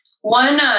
one